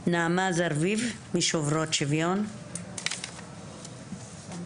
אני רק אגיד משפט אחד, היה פה דיון שבאמת מוכרת גם